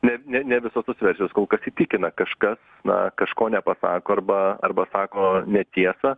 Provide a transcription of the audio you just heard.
ne ne ne visos tos versijos kol kas įtikina kažkas na kažko nepasako arba arba sako netiesą